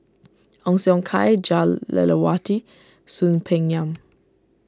Ong Siong Kai Jah Lelawati Soon Peng Yam